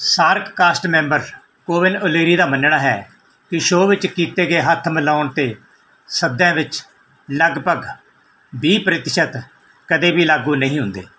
shark cast member Kevin O'Leary ਦਾ ਮੰਨਣਾ ਹੈ ਕਿ ਸ਼ੋਅ ਵਿੱਚ ਕੀਤੇ ਗਏ ਹੱਥ ਮਿਲਾਉਣ 'ਤੇ ਸੱਦੇ ਵਿੱਚ ਲਗਭਗ ਵੀਹ ਪ੍ਰਤੀਸ਼ਤ ਕਦੇ ਵੀ ਲਾਗੂ ਨਹੀਂ ਹੁੰਦੇ